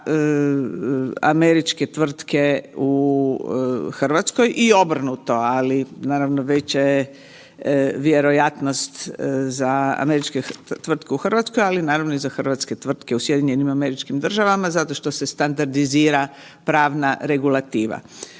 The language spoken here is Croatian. za američke tvrtke u Hrvatskoj i obrnuto, ali naravno veća je vjerojatnost za američke tvrtke u Hrvatskoj ali naravno i za hrvatske tvrtke u SAD-u zato što se standardizira pravna regulativa.